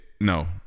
No